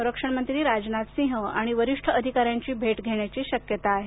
संरक्षण मंत्री राजनाथसिंह आणि वरीष्ठ अधिकाऱ्यांची भेट घेण्याची शक्यता आहे